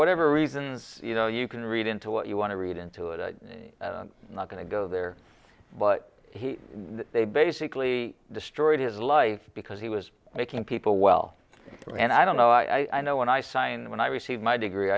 whatever reasons you know you can read into what you want to read into it i'm not going to go there but they basically destroyed his life because he was making people well and i don't know i know when i signed when i received my degree